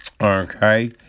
Okay